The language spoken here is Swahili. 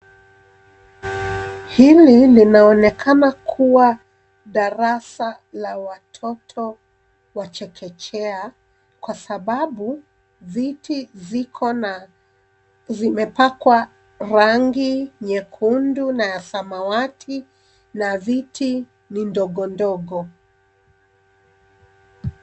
Hili linaonekana kuwa darasa la watoto wachekechea, kwa sababu viti zimepakwa rangi nyekundu na ya samawati, na viti ni ndogo, ndogo ndogo.